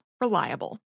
Reliable